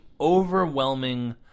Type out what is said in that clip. overwhelming